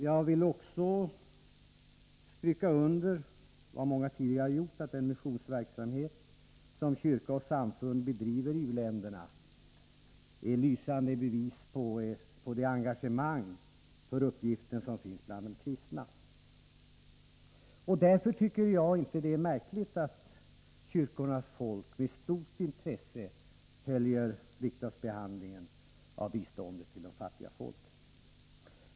Jag vill också understryka — det har många tidigare gjort — att den missionsverksamhet som kyrka och samfund bedriver i u-länderna är lysande bevis på det engagemang för uppgiften som finns bland de kristna. Därför tycker jag inte att det är märkligt att kyrkornas folk med stort intresse följer riksdagsbehandlingen av frågan om biståndet till de fattiga folken.